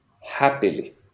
happily